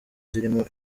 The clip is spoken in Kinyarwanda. zirimo